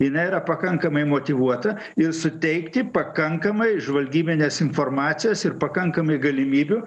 jinai yra pakankamai motyvuota ir suteikti pakankamai žvalgybinės informacijos ir pakankamai galimybių